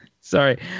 sorry